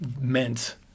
meant